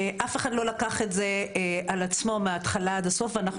אף אחד לא לקח את זה על עצמו מההתחלה עד הסוף ואנחנו